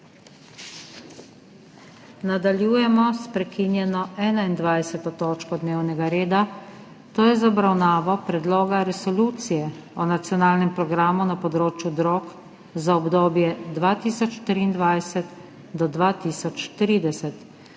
Nadaljujemo s prekinjeno 21. točko dnevnega reda, to je z obravnavo Predloga resolucije o nacionalnem programu na področju drog za obdobje 2023–2030.